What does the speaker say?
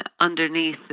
underneath